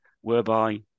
whereby